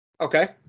Okay